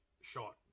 shot